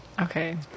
Okay